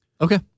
Okay